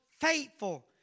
faithful